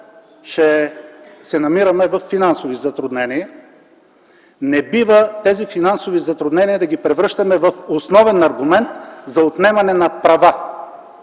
че се намираме във финансови затруднения, не бива тези финансови затруднения да ги превръщаме в основен аргумент за отнемане на права,